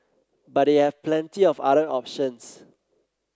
but they have plenty of other options